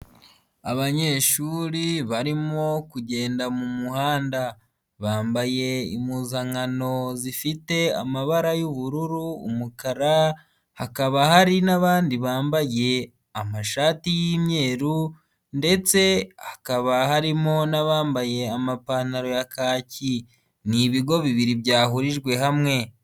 Abanyeshuri barimo kugenda mu muhanda, bambaye impuzankano zifite amabara y'ubururu, umukara, hakaba hari n'abandi bambaye amashati y'imyeru ndetse hakaba harimo n'abambaye amapantaro ya kaki, ni ibigo bibiri byahurijwe hamwe.